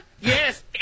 Yes